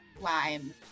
lime